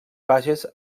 baixes